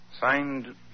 Signed